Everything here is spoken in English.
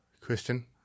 Christian